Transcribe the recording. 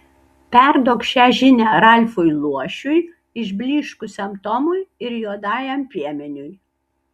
perduok šią žinią ralfui luošiui išblyškusiam tomui ir juodajam piemeniui